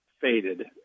faded